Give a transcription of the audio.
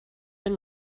been